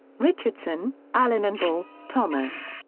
richardson, alan and uebel, thomas.